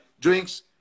drinks